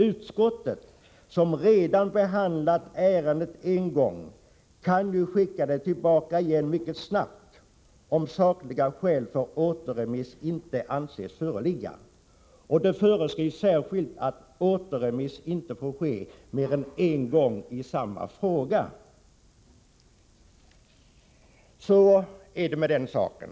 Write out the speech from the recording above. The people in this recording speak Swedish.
Utskottet — som redan behandlat ärendet en gång — kan ju skicka det tillbaka igen mycket snabbt, om sakligt skäl för återremiss inte anses föreligga. Och det föreskrivs särskilt att återremiss inte får ske mer än en gång i samma fråga.” Nr 53 Så är det med den saken.